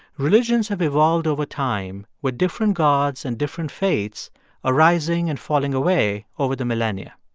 religions have evolved over time with different gods and different faiths arising and falling away over the millennia.